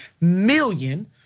million